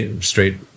straight